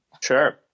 Sure